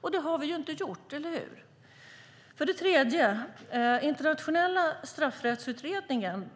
För det tredje kommer inte Internationella straffrättsutredningen